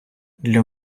для